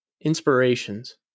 Inspirations